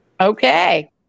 Okay